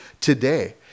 today